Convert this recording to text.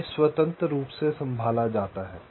उन्हें स्वतंत्र रूप से संभाला जाता है